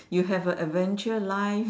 you have a adventure life